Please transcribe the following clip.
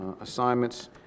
assignments